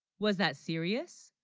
was that serious?